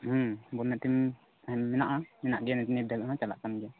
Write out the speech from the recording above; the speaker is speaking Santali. ᱵᱚᱞ ᱮᱱᱮᱡ ᱴᱤᱢ ᱢᱮᱱᱟᱜᱼᱟ ᱢᱮᱱᱟᱜ ᱜᱮᱭᱟ ᱱᱤᱭᱟᱹ ᱴᱟᱭᱤᱢ ᱦᱚᱸ ᱪᱟᱞᱟᱜ ᱠᱟᱱ ᱜᱮᱭᱟ